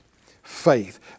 faith